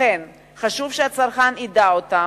לכן, חשוב שהצרכן ידע אותם,